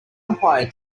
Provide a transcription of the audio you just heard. umpire